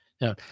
Now